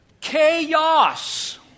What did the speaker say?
Chaos